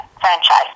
franchise